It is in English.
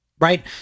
right